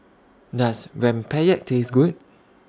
Does Rempeyek Taste Good